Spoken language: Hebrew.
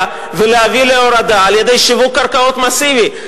ולהביא להורדה על-ידי שיווק קרקעות מסיבי.